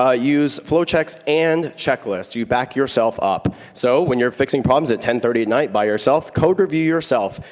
ah use flow checks and checklists. you back yourself up. so when you're fixing problems at ten thirty at night by yourself, code review yourself.